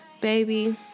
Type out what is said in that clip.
baby